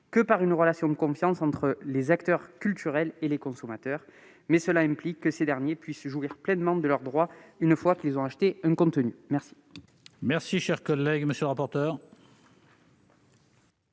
que par une relation de confiance entre les acteurs culturels et les consommateurs, mais cela implique que ces derniers puissent jouir pleinement de leurs droits, une fois qu'ils ont acheté un contenu. Quel est l'avis de la